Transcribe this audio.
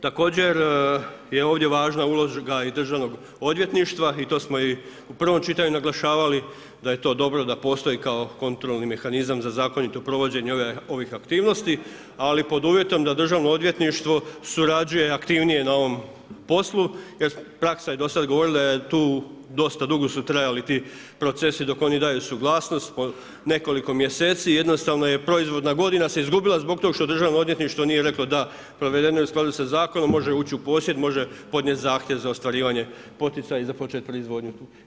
Također je ovdje važna uloga i državnog odvjetništva i to smo i u prvom čitanju naglašavali da je to dobro da postoji kao kontrolni mehanizam za zakonito provođenje ovih aktivnosti, ali pod uvjetom da državno odvjetništvo surađuje aktivnije na ovom poslu jer praksa je do sada govorila da je tu dosta dugo su trajali ti procesi dok oni daju suglasnost po nekoliko mjeseci, jednostavno se proizvodna godina izgubila zbog tog što državno odvjetništvo nije reklo da je provedeno u skladu sa zakonom može ući u posjed, može podnijet zahtjev za ostvarivanje poticaja i započet proizvodnju.